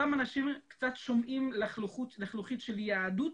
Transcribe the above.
אותם אנשים קצת שומעים לחלוחית של יהדות